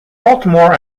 baltimore